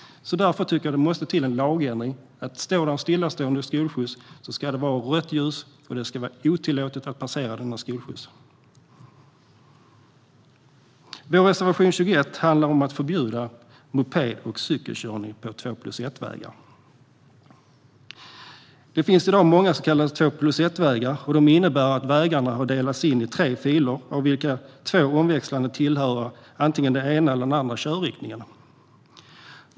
Därför tycker jag att det måste till en lagändring. Står det en stillastående skolskjuts ska det vara rött ljus och otillåtet att passera denna skolskjuts. Vår reservation 21 handlar om att förbjuda moped och cykelkörning på två-plus-ett-vägar. Det finns i dag många så kallade två-plus-ett-vägar. Det innebär att vägarna har delats in i tre filer av vilka en omväxlande tillhör den ena eller andra körriktningen.